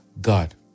God